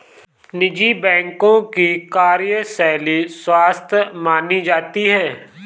निजी बैंकों की कार्यशैली स्वस्थ मानी जाती है